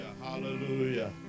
Hallelujah